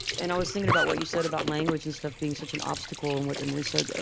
and i was thinking about what you said about language and stuff being such an obstacle, and what emily said. ah